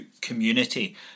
community